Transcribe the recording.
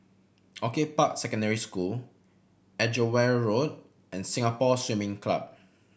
Orchid Park Secondary School Edgeware Road and Singapore Swimming Club